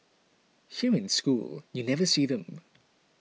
here in school you never see them